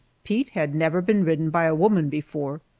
pete had never been ridden by a woman before,